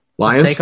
Lions